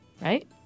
right